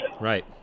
Right